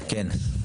כן.